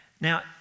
Now